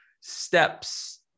steps